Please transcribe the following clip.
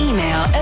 Email